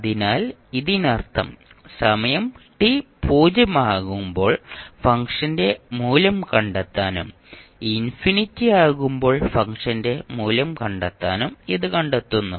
അതിനാൽ ഇതിനർത്ഥം സമയം ടി 0 ആകുമ്പോൾ ഫംഗ്ഷന്റെ മൂല്യം കണ്ടെത്താനും ഇൻഫിനിറ്റി ആകുമ്പോൾ ഫംഗ്ഷന്റെ മൂല്യം കണ്ടെത്താനും ഇത് കണ്ടെത്തുന്നു